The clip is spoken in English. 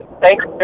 Thanks